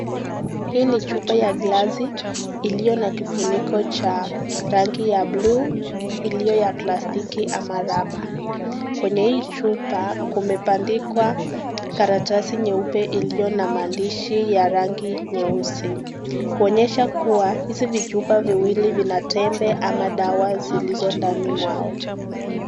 Hii ni chupa ya glasi, iliyo na kifuniko ya rangii ya blue iliyo ya plastiki ama rubber .kwenye hii chupa kumebandikwa karatasi nyeupe iliyo na maandishi ya rangi nyeusi. Kuonyesha kuwa hizi vichupa viwili vina tembe ama dawa zilizo ndani mwao.